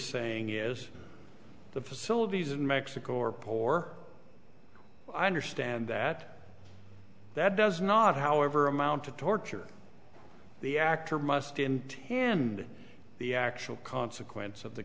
saying is the facilities in mexico or or i understand that that does not however amount to torture the actor must hand the actual consequence of the